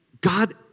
God